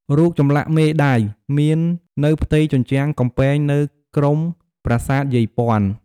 រូបចម្លាក់មេដាយ មាននៅផ្ទៃជញ្ជាំងកំពែងនៅក្រុមប្រាសាទយាយព័ន្ធ។